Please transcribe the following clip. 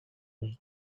way